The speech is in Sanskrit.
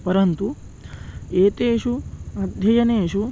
परन्तु एतेषु अध्ययनेषु